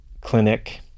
clinic